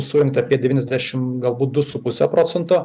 surinkta apie devyniasdešim galbūt du su puse procento